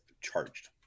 charged